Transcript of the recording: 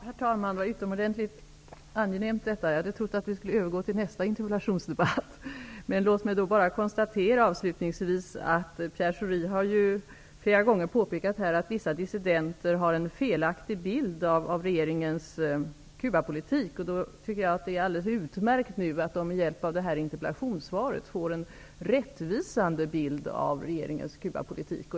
Herr talman! Det var utomordentligt angenämt. Jag trodde att vi skulle övergå till nästa interpellationsdebatt. Låt mig konstatera att Pierre Schori flera gånger har påpekat att vissa dissidenter har en felaktig bild av regeringens Cubapolitik. Jag tycker att det är alldeles utmärkt att de med hjälp av interpellationssvaret får en rättvisande bild.